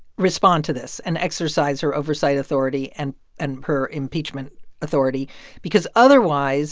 respond to this and exercise her oversight authority and and her impeachment authority because otherwise